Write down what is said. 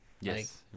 yes